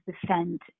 defend